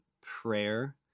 prayer